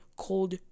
cold